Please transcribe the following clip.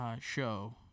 show